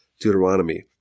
Deuteronomy